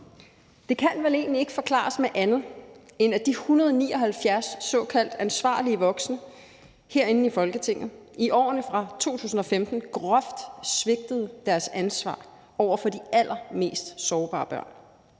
Det kan vel egentlig ikke forklares med andet, end at de 179 såkaldt ansvarlige voksne herinde i Folketinget i årene fra 2015 groft svigtede deres ansvar over for de allermest sårbare børn.